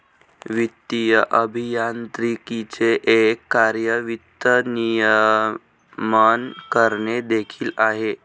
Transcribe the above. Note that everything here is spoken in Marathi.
वित्तीय अभियांत्रिकीचे एक कार्य वित्त नियमन करणे देखील आहे